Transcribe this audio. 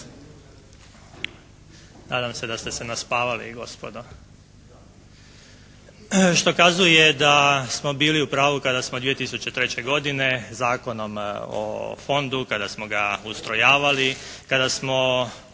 Nadam se da ste se naspavali gospodo. Što kazuje da smo bili u pravu kada smo 2003. godine zakonom o Fondu, kada smo ga ustrojavali, kada smo